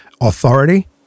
authority